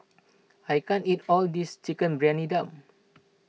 I can't eat all this Chicken Briyani Dum